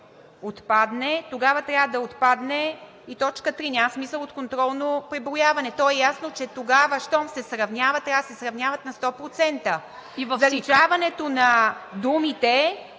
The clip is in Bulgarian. тогава трябва да отпадне и т. 3. Няма смисъл от контролно преброяване. То е ясно, че тогава щом се сравнява, трябва да се сравняват на 100%. ПРЕДСЕДАТЕЛ ТАТЯНА